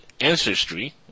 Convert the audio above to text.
ancestry